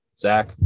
Zach